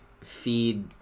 feed